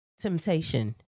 temptation